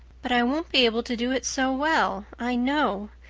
but i won't be able to do it so well, i know.